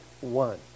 one